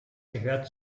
gehört